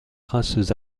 princes